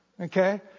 okay